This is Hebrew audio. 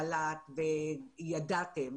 בלט וידעתם,